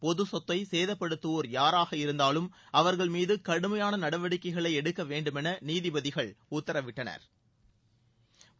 பொது சொத்தை சேதப்படுத்துவோர் யாராக இருந்தாலும் அவர்கள் மீது கடுமையான நடவடிக்கைகளை எடுக்கவேண்டுமென நீதிபதிகள் உத்தரவிட்டனா்